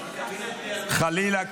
חלילה,